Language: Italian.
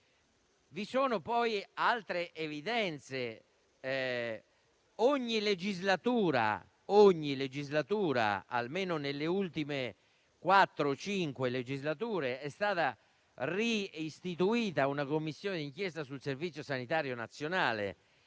Vi sono poi altre evidenze. In ogni legislatura (almeno nelle ultime quattro o cinque) è stata istituita una Commissione d'inchiesta sul Servizio sanitario nazionale,